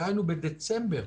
דהיינו בדצמבר,